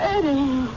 Eddie